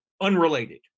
unrelated